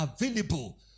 available